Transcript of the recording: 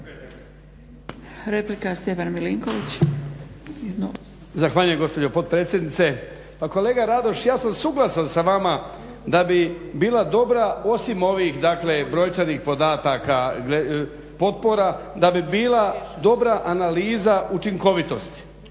Stjepan (HDZ)** Zahvaljujem gospođo potpredsjednice. Pa kolega Radoš ja sam suglasan sa vama da bi bila dobra osim ovih brojčanih podataka potpora da bi bila dobra analiza učinkovitosti,